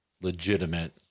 legitimate